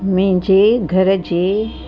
मुंहिंजे घर जे